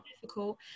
difficult